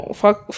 fuck